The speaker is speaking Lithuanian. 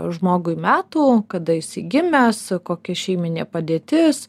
žmogui metų kada jisai gimęs kokia šeiminė padėtis